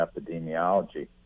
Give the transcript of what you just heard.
epidemiology